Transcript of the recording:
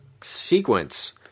sequence